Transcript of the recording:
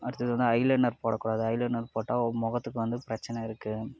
அடுத்தது வந்து eyeliner போடக்கூடாது ஐ லைனர் போட்டால் முகத்துக்கு வந்து பிரச்சனை இருக்கு